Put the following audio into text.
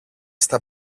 στα